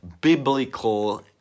biblical